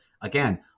again